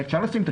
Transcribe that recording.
יש לנו קמפיין